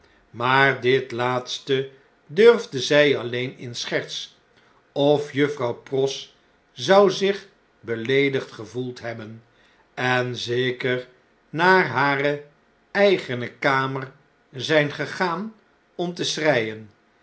maar dit laatste durfde zij alleen in scherts of juffrouw pross zou zich beleedigd gevoeld hebben en zeker naar hare eigene kamer zijn gegaan om te schreien